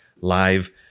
live